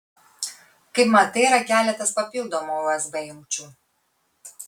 kaip matai yra keletas papildomų usb jungčių